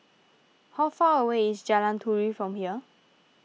how far away is Jalan Turi from here